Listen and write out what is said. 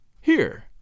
Here